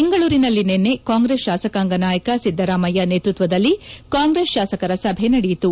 ಬೆಂಗಳೂರಿನಲ್ಲಿ ನಿನ್ನೆ ಕಾಂಗ್ರೆಸ್ ಶಾಸಕಾಂಗ ನಾಯಕ ಸಿದ್ದರಾಮಯ್ಯ ನೇತ್ವತ್ವದಲ್ಲಿ ಕಾಂಗ್ರೆಸ್ ಶಾಸಕರ ಸಭೆ ನಡೆಯಿತು